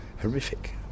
horrific